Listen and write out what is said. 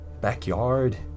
Backyard